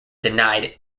denied